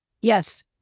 Yes